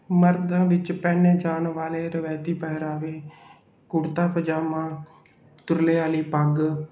ਮਰਦਾਂ ਵਿੱਚ ਪਹਿਨੇ ਜਾਣ ਵਾਲੇ ਰਿਵਾਇਤੀ ਪਹਿਰਾਵੇ ਕੁੜਤਾ ਪਜਾਮਾ ਤੁਰਲੇ ਵਾਲੀ ਪੱਗ